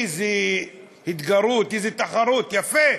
איזה התגרות, איזה תחרות, יפה.